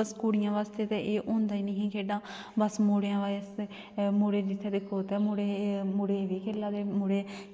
बस कुड़ियां बास्तै ते एह् होंदा निं ही खेढां बस मुड़ें आस्तै मुड़ें जित्थें दिक्खो ते मुड़े गै खेला दे मुड़े